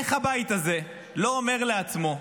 איך הבית הזה לא אומר לעצמו: